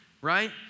right